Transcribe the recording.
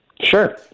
Sure